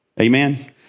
Amen